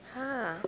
!huh!